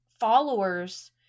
followers